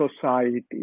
society